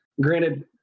Granted